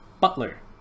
Butler